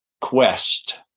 quest